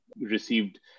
received